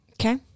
Okay